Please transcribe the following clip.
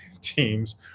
teams